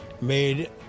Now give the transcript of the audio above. made